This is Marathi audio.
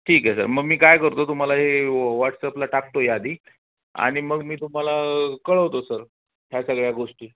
ठीक आहे सर मग मी काय करतो तुम्हाला हे व वॉट्सअपला टाकतो यादी आणि मग मी तुम्हाला कळवतो सर ह्या सगळ्या गोष्टी